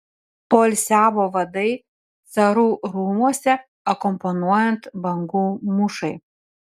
poilsiavo vadai carų rūmuose akompanuojant bangų mūšai